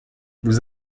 vous